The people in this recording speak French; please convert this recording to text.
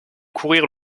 courir